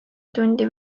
tundi